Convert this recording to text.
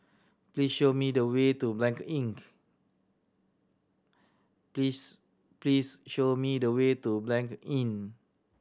please show me the way to Blanc Inn